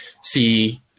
see